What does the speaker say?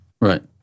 Right